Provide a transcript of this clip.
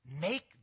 Make